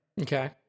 okay